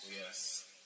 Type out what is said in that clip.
Yes